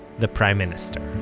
the prime minister